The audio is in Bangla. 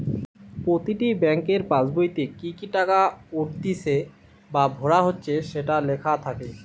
প্রতিটি বেংকের পাসবোইতে কি কি টাকা উঠতিছে বা ভরা হচ্ছে সেটো লেখা থাকে